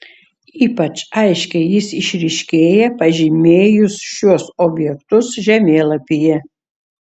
ypač aiškiai jis išryškėja pažymėjus šiuos objektus žemėlapyje